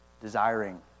desiring